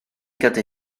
gyda